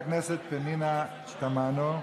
כשיצאתי מהכנסת, בוועדה הציבורית שבאה